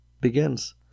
begins